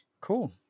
Cool